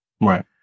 Right